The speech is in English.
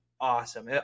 awesome